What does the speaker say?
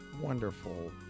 wonderful